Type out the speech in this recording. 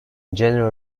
general